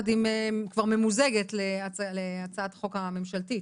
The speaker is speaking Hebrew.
ממוזגת כבר להצעת החוק הממשלתית.